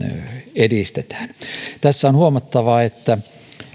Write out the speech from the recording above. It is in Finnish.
edistetään tässä on huomattavaa että